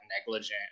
negligent